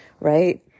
right